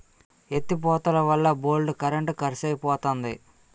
ఎత్తి పోతలవల్ల బోల్డు కరెంట్ కరుసైపోతంది